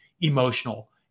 emotional